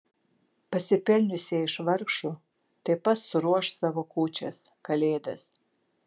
pasipelniusieji iš vargšų taip pat suruoš savo kūčias kalėdas